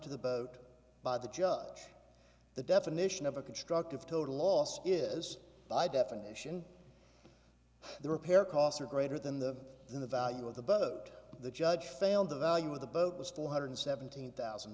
to the boat by the judge the definition of a constructive total loss is by definition the repair costs are greater than the in the value of the boat the judge failed the value of the boat was four hundred seventeen thousand